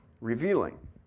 revealing